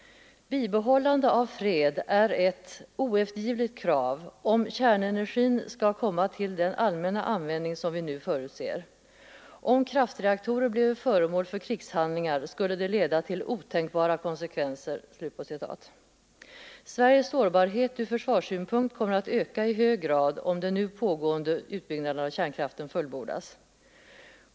Chefen för FN:s atomenergiorgan IAEA, Sigvard Eklund, sade vid CDL:s kärnkraftsdag i november 1973: ”——— bibehållande av fred är ett sine qua non om kärnenergin skall komma till den allmänna användning som vi nu förutser. Om kraftreaktorer bleve föremål för krigshandlingar, skulle det leda till otänkbara konsekvenser ———.” Sveriges sårbarhet från försvarssynpunkt kommer att öka i hög grad om den nu pågående utbyggnaden av kärnkraften fullbordas.